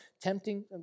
tempting